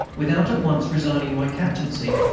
without at once resigning my captaincy.